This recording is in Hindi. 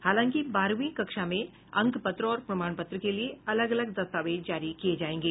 हालांकि बारहवीं कक्षा में अंक पत्र और प्रमाण पत्र के लिए अलग अलग दस्तावेज जारी किये जायेंगे